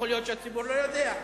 יכול להיות שהציבור לא יודע.